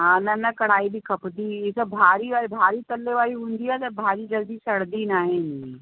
हा न न कढ़ाई बि खपंदी त भारी वा भाड़ी तले वारी हूंदी आहे त भारी जल्दी सड़ंदी नाहे हम्म